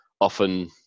often